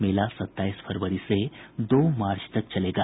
मेला सत्ताईस फरवरी से दो मार्च तक चलेगा